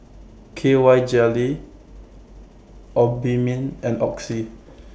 K Y Jelly Obimin and Oxy